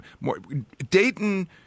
more—Dayton